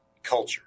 culture